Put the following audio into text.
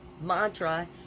mantra